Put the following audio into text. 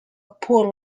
poor